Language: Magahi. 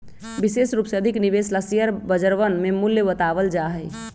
विशेष रूप से अधिक निवेश ला शेयर बजरवन में मूल्य बतावल जा हई